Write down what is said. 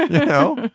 know